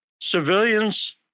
civilians